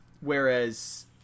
Whereas